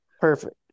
Perfect